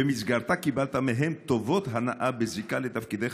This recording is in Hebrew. במסגרתה קיבלת מהם טובות הנאה בזיקה לתפקידיך